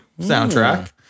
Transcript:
soundtrack